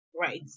right